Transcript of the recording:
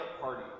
party